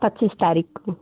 पच्चीस तारीख को